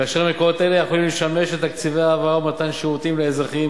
כאשר מקורות אלה יכולים לשמש לתקציבי העברה ומתן שירותים לאזרחים,